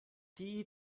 die